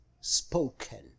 spoken